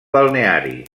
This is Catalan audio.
balneari